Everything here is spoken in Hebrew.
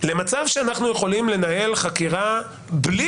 למצב שאנחנו יכולים לנהל חקירה בלי